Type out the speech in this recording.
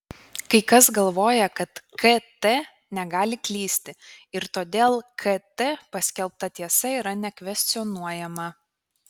kai kas galvoja kad kt negali klysti ir todėl kt paskelbta tiesa yra nekvestionuojama